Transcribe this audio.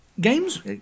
games